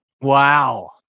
wow